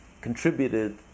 contributed